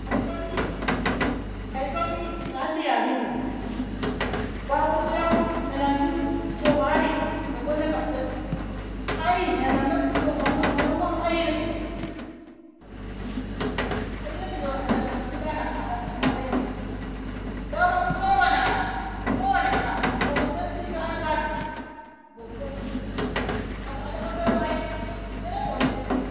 Kauso mi kauso mi in andi yabinno babaɗi wuyanmu na namtu coka hai nagonna kaccesu ai na namno cokamu ai a ina jijo, a ina jijo la- lamto gani aka hai mi'i, daman kowane kowane 'ya ko anshensu tishe a ganati boko ansu tishe ai a da'afa beko ai saidai ko onshensu bu